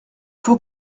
faut